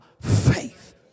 faith